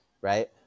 right